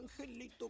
angelito